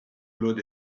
load